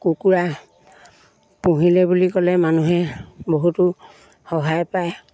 কুকুৰা পুহিলে বুলি ক'লে মানুহে বহুতো সহায় পায়